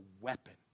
weapon